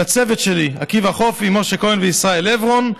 לצוות שלי: עקיבא חופי, משה כהן, וישראל לברון,